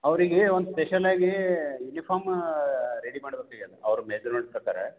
ಅವರಿಗೆ ಒಂದು ಸ್ಪೆಷಲ್ ಆಗಿ ಯುನಿಫಾರ್ಮ್ ರೆಡಿ ಮಾಡ್ಬೇಕಾಗ್ಯದೆ ಅವ್ರ ಮೆಜರ್ಮೆಂಟ್ ಪ್ರಕಾರ